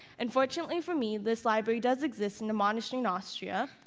and fortunately for me, this library does exist in a monastery in austria,